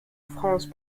france